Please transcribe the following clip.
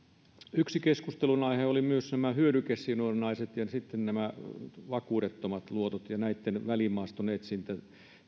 yksi keskustelunaihe oli myös nämä hyödykesidonnaiset ja vakuudettomat luotot ja näitten välimaaston etsintä